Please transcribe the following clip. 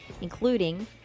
including